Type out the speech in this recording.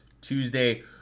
Tuesday